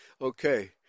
Okay